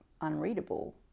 unreadable